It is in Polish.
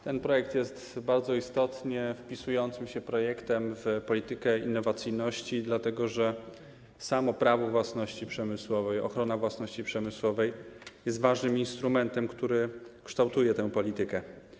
Ten projekt jest projektem bardzo istotnie wpisującym się w politykę innowacyjności, dlatego że samo Prawo własności przemysłowej, ochrona własności przemysłowej, jest ważnym instrumentem, który kształtuje tę politykę.